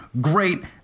Great